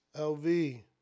LV